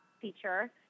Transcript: feature